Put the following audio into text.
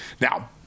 Now